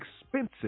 expensive